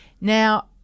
Now